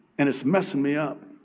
and it's messing me up,